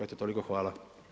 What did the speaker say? Eto toliko hvala.